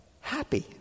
happy